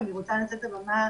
אני רוצה לנצל את הבמה